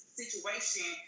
situation